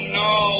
no